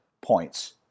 points